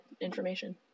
information